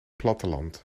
platteland